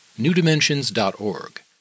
newdimensions.org